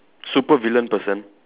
super villain person